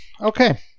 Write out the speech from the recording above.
Okay